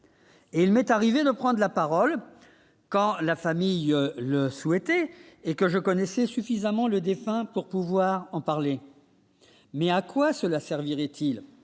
Il m'est arrivé de prendre la parole quand la famille le souhaiter et que je connaissais suffisamment le défunt pour pouvoir en parler mais à quoi cela servirait-il